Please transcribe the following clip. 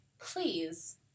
please